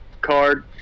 card